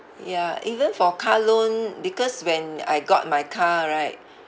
ya even for car loan because when I got my car right